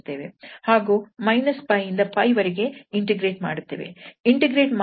ಹಾಗೂ - 𝜋 ಇಂದ 𝜋 ವರೆಗೆ ಇಂಟಿಗ್ರೇಟ್ ಮಾಡುತ್ತೇವೆ